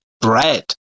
bread